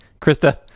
Krista